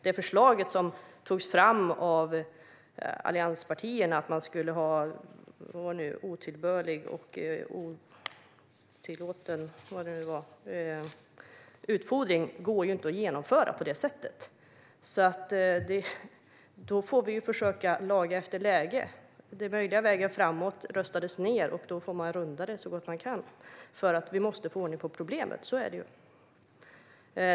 Det förslag som togs fram av allianspartierna om otillbörlig eller otillåten utfodring går inte att genomföra på det sättet. Då får vi försöka att laga efter läge. Den röjda vägen framåt röstades ned, och då får man runda den så gott man kan. Vi måste få ordning på problemet; så är det.